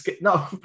No